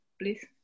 please